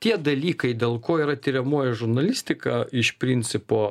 tie dalykai dėl ko yra tiriamoji žurnalistika iš principo